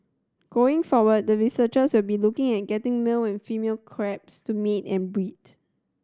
going forward the researchers will be looking at getting male and female crabs to mate and breed